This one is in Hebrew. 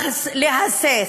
להסס.